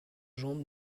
jambes